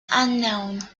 unknown